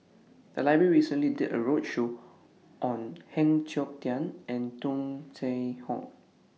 The Library recently did A roadshow on Heng Siok Tian and Tung Chye Hong